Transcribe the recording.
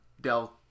Dell